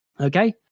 Okay